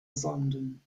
sonden